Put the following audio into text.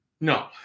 no